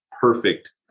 perfect